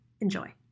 enjoy